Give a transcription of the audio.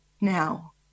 now